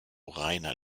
reiner